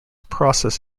process